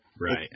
Right